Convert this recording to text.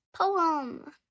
poem